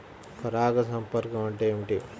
పరాగ సంపర్కం అంటే ఏమిటి?